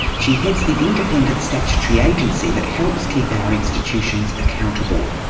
she heads the independent statutory agency that helps keep our institutions accountable.